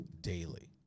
daily